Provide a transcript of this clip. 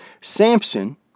Samson